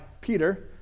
Peter